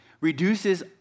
reduces